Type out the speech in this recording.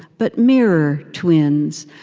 but mirror twins,